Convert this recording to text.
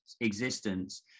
existence